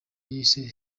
yise